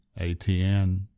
ATN